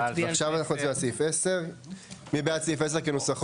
עכשיו אנחנו נצביע על סעיף 10. מי בעד סעיף 10 כנוסחו?